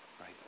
right